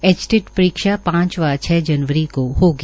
HTET परीक्षा पांच व छ जनवरी को होगी